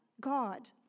God